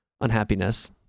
unhappiness